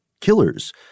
killers